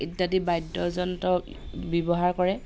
ইত্যাদি বাদ্যযন্ত্ৰ ব্যৱহাৰ কৰে